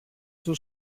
στο